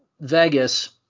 Vegas